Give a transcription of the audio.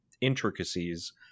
intricacies